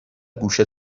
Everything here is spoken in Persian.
گوشه